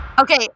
Okay